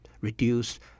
reduce